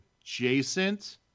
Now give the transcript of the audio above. adjacent